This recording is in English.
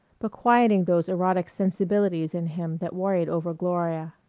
but quieting those erotic sensibilities in him that worried over gloria.